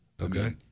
okay